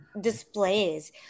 displays